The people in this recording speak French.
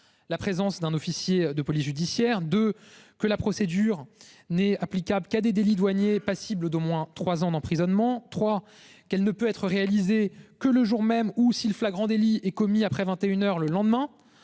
La présence d'un officier de police judiciaire de que la procédure n'est applicable qu'à des délits douaniers passible d'au moins 3 ans d'emprisonnement. Trois qu'elle ne peut être réalisé que le jour même où si le flagrant délit est commis après 21h le lendemain.